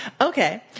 okay